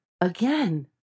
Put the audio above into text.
again